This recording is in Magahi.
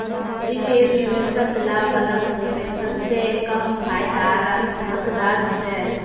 रिटेल निवेशक ला बल्क निवेशक से कम फायेदार हकदार होछे